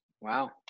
Wow